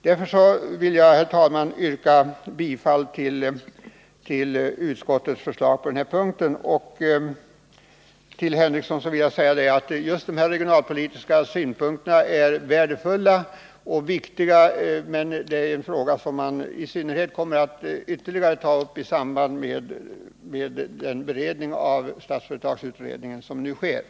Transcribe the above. Därför vill jag, herr talman, yrka bifall till utskottets förslag på den här punkten. Till Sven Henricsson vill jag säga att just de här regionalpolitiska synpunkterna är värdefulla och viktiga men att frågan kommer att tas upp ytterligare en gång i samband med den beredning som Statsföretagsutredningen nu företar.